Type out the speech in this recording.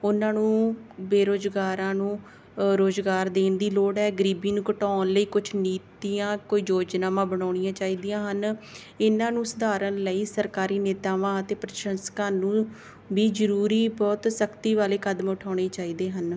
ਉਹਨਾਂ ਨੂੰ ਬੇਰੁਜ਼ਗਾਰਾਂ ਨੂੰ ਅ ਰੁਜ਼ਗਾਰ ਦੇਣ ਦੀ ਲੋੜ ਹੈ ਗਰੀਬੀ ਨੂੰ ਘਟਾਉਣ ਲਈ ਕੁਝ ਨੀਤੀਆਂ ਕੋਈ ਯੋਜਨਾਵਾਂ ਬਣਾਉਣੀਆਂ ਚਾਹੀਦੀਆਂ ਹਨ ਇਹਨਾਂ ਨੂੰ ਸੁਧਾਰਨ ਲਈ ਸਰਕਾਰੀ ਨੇਤਾਵਾਂ ਅਤੇ ਪ੍ਰਸ਼ੰਸਕਾਂ ਨੂੰ ਵੀ ਜ਼ਰੂਰੀ ਬਹੁਤ ਸਖ਼ਤੀ ਵਾਲੇ ਕਦਮ ਉਠਾਉਣੇ ਚਾਹੀਦੇ ਹਨ